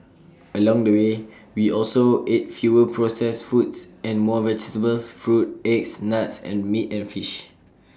along the way we also ate fewer processed foods and more vegetables fruit eggs nuts and meat and fish